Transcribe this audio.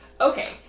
Okay